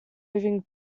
moving